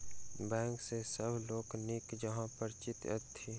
bank सॅ सभ लोक नीक जकाँ परिचित छथि